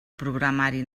programari